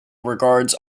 regards